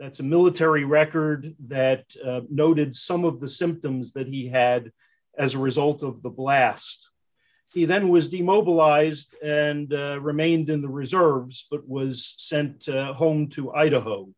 that's a military record that noted some of the symptoms that he had as a result of the blast he then was demobilized and remained in the reserves but was sent home to idaho